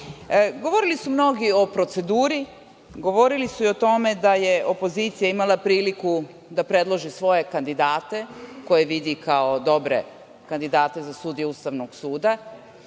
blokadi. Govorili su mnogi o proceduri, govorili su i o tome da je opozicija imala priliku da predloži svoje kandidate koje vidi kao dobre kandidate za sudije Ustavnog suda.